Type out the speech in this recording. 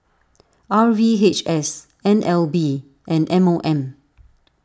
R V H S N L B and M O M